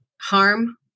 harm